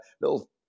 little